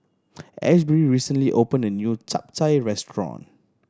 Asbury recently opened a new Chap Chai restaurant